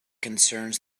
concerns